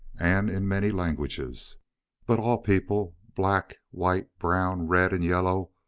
and in many languages but all people, black, white, brown, red, and yellow,